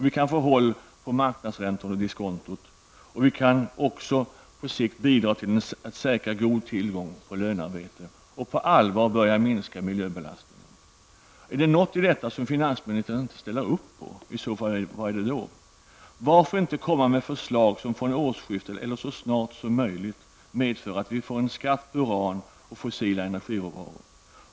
Vi kan få håll på marknadsräntorna och diskontot, och vi kan på sikt bidra till att säkra god tillgång till lönearbete och på allvar börja minska miljöbelastningen. Är det något i detta som finansministern inte ställer upp på? Vad då i så fall? Varför inte komma med förslag som från årsskiftet -- eller så snart som möjligt -- medför att vi får skatt på uran och fossila energiråvaror?